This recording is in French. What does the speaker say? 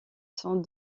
sont